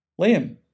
Liam